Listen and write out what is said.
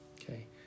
okay